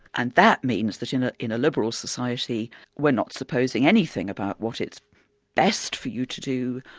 and that means that in ah in a liberal society we're not supposing anything about what it's best for you to do,